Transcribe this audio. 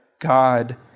God